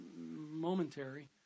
Momentary